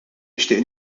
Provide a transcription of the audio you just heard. nixtieq